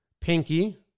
Pinky